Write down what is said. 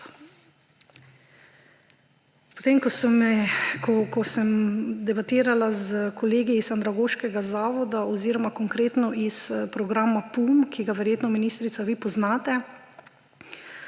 Potem ko sem debatirala s kolegi iz andragoškega zavoda oziroma konkretno iz programa PUM-O, ki ga verjetno, ministrica, vi, poznate.